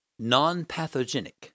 non-pathogenic